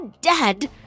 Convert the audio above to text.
dead